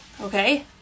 Okay